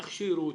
תכשירו,